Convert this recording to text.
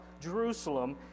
Jerusalem